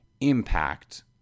impact